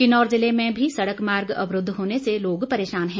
किन्नौर जिले में भी सड़क मार्ग अवरूद्व होने से लोग परेशान है